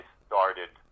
started